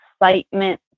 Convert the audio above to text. excitement